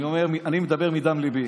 אני מדבר מדם ליבי.